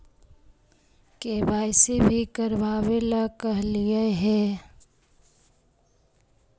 KYC भी करवावेला कहलिये हे?